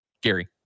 Gary